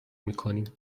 میکنیم